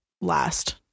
last